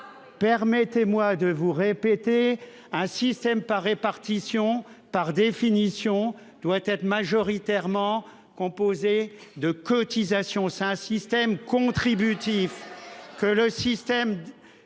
permettez-moi de vous répéter qu'un système par répartition, par définition, doit être majoritairement composé de cotisations. C'est un système contributif.